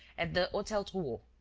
at the hotel drouot.